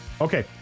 Okay